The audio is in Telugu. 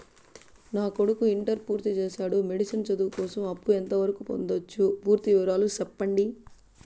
నా కొడుకు ఇంటర్ పూర్తి చేసాడు, మెడిసిన్ చదువు కోసం అప్పు ఎంత వరకు పొందొచ్చు? పూర్తి వివరాలు సెప్పండీ?